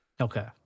Okay